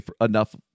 enough